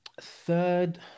third